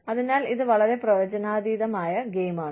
അതിനാൽ ഇത് വളരെ പ്രവചനാതീതമായ ഗെയിമാണ്